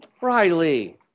Riley